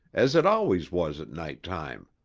as it always was at night-time.